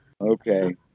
Okay